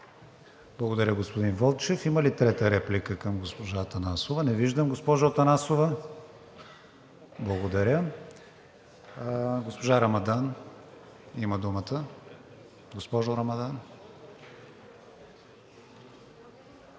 Благодаря, господин Вълчев. Има ли трета реплика към госпожа Атанасова? Не виждам. Госпожо Атанасова? Благодаря. Госпожа Рамадан има думата. ФАТМЕ РАМАДАН